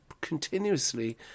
continuously